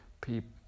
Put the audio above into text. people